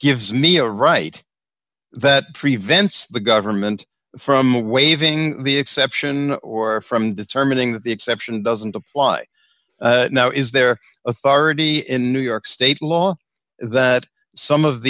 gives me a right that prevents the government from waiving the exception or from determining that the exception doesn't apply now is their authority in new york state law that some of